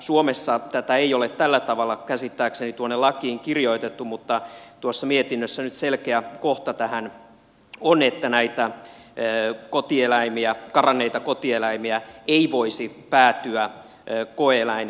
suomessa tätä ei ole tällä tavalla käsittääkseni tuonne lakiin kirjoitettu mutta tuossa mietinnössä nyt selkeä kohta tähän on että näitä karanneita kotieläimiä ei voisi päätyä koe eläinkäyttöön